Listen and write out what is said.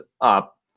up